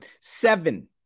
Seven